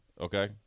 Okay